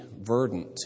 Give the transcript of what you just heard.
verdant